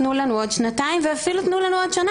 תנו לנו עוד שנתיים' ואפילו 'תנו לנו עוד שנה'.